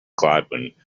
gladwin